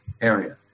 area